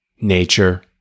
nature